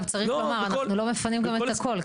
צריך לומר, אנחנו לא מפנים גם את הכול.